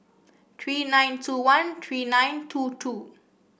three nine two one three nine two two